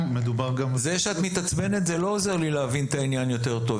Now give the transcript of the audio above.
זה שאת מתעצבנת לא עוזר לי להבין את העניין יותר טוב.